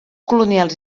colonials